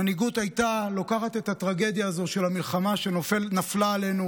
מנהיגות הייתה לוקחת את הטרגדיה הזו של המלחמה שנפלה עלינו